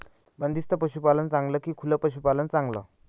बंदिस्त पशूपालन चांगलं का खुलं पशूपालन चांगलं?